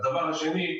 והדבר השני,